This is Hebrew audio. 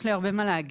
יש לי הרבה מה להגיד.